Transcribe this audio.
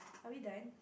are we done